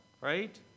right